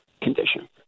condition